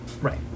Right